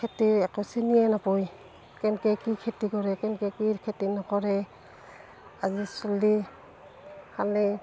খেতি একো চিনিয়ে নপয় কেনকে কি খেতি কৰে কেনকে কি খেতি নকৰে আজি চলি খালি